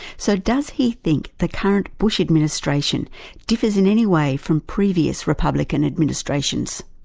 so does he think the current bush administration differs in any way from previous republican administrations?